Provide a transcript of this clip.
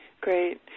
Great